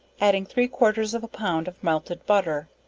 adding three quarters of a pound of melted butter,